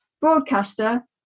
broadcaster